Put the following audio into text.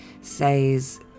says